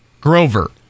Grover